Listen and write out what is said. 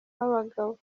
b’abagabo